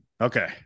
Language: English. Okay